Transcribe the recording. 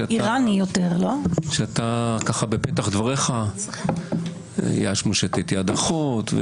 כי פתחת את דבריך במילים "יד מושטת" ו"יד אחות".